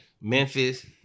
Memphis